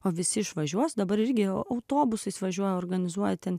o visi išvažiuos dabar irgi autobusais važiuoja organizuoti